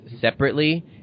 separately